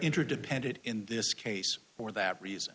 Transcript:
interdependent in this case for that reason